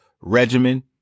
regimen